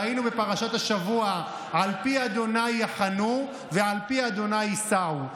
ראינו בפרשת השבוע: "על פי ה' יחנו ועל פי ה' יסעו".